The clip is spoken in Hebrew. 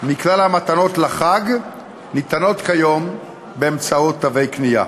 מכלל המתנות לחג ניתנות כיום באמצעות תווי קנייה.